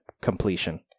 completion